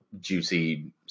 juicy